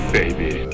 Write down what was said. baby